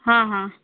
हा हा